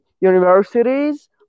universities